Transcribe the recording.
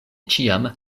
ĉiam